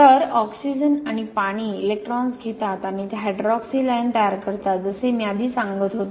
तर ऑक्सिजन आणि पाणी इलेक्ट्रॉन्स घेतात आणि ते हायड्रॉक्सिल आयन तयार करतात जसे मी आधी सांगत होतो